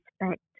respect